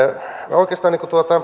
oikeastaan